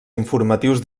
informatius